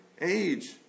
age